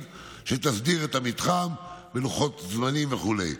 שתסדיר את המתחם בלוחות הזמנים וכו'.